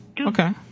Okay